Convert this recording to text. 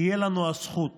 תהיה לנו הזכות